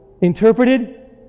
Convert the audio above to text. Interpreted